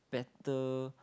better